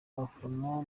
abaforomo